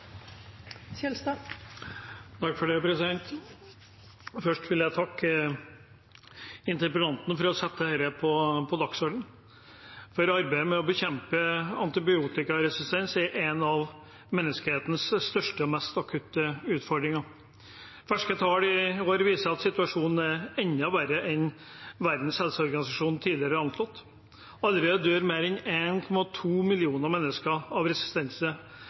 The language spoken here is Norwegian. Først vil jeg takke interpellanten for å sette dette på dagsordenen, for arbeidet med å bekjempe antibiotikaresistens er en av menneskehetens største og mest akutte utfordringer. Ferske tall i år viser at situasjonen er enda verre enn Verdens helseorganisasjon tidligere har anslått. Allerede dør mer enn 1,2 millioner mennesker av